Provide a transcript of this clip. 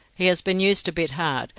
he has been used a bit hard,